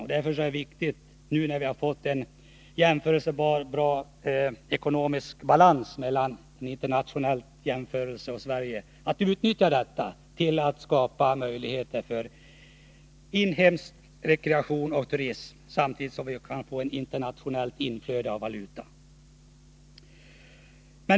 Nu när Sverige vid en internationell jämförelse har ett bra kostnadsläge, är det viktigt att utnyttja detta till att skapa möjligheter för inhemsk rekreation och turism, samtidigt som vi kan få ett inflöde av utländsk valuta.